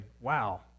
wow